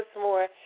more